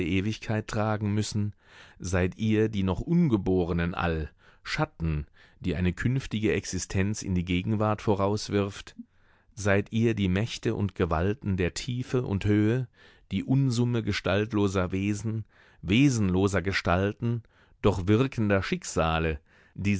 ewigkeit tragen müssen seid ihr die noch ungeborenen all schatten die eine künftige existenz in die gegenwart vorauswirft seid ihr die mächte und gewalten der tiefe und höhe die unsumme gestaltloser wesen wesenloser gestalten doch wirkender schicksale